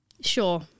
Sure